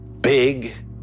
big